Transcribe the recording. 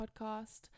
podcast